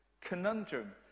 conundrum